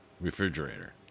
refrigerator